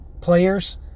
players